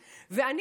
בעיה.